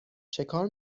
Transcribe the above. چکار